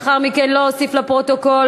לאחר מכן לא אוסיף לפרוטוקול.